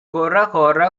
கொரகொர